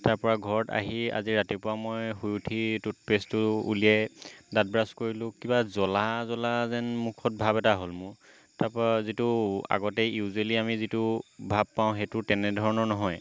তাৰপৰা ঘৰত আহি আজি ৰাতিপুৱা মই শুই উঠি টুথপেষ্টটো উলিয়াই দাঁত ব্ৰাছ কৰিলোঁ কিবা জ্বলা জ্বলা যেন মুখত ভাব এটা হ'ল মোৰ তাৰপৰা যিটো আগতে ইউজুৱেলি আমি যিটো ভাৱ পাওঁ সেইটো তেনেধৰণৰ নহয়